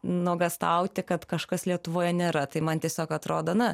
nuogąstauti kad kažkas lietuvoje nėra tai man tiesiog atrodo na